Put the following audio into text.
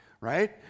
right